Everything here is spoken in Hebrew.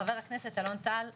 חבר הכנסת אלון טל אלייך.